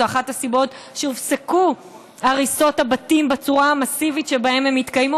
זאת אחת הסיבות שהופסקו הריסות הבתים בצורה המסיבית שבה הן התקיימו,